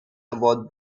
about